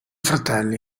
fratelli